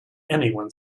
anyone